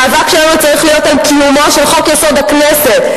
המאבק שלנו צריך להיות על קיומו של חוק-יסוד: הכנסת.